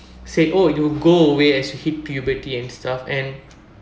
say oh it'll go away as you hit puberty and stuff and